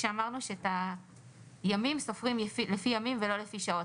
כשאמרנו שאת הימים סופרים לפי ימים ולא לפי שעות,